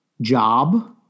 job